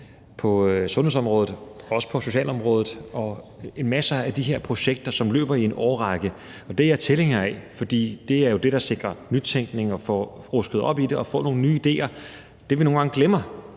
på sundhedsområdet og på socialområdet, der løber i en årrække – det er jeg tilhænger af, for det er jo det, der sikrer nytænkning, og som får rusket op i det, så vi får nogle nye idéer – sker der nogle gange det,